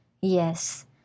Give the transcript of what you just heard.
Yes